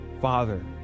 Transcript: father